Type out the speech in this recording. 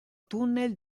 tunnel